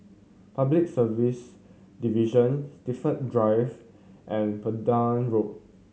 Public Service Division Steven Drive and Pender Road